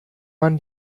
man